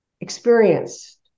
experienced